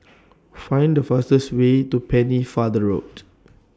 Find The fastest Way to Pennefather Road